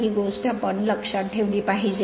ही गोष्ट आपण लक्षात ठेवली पाहिजे